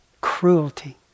cruelty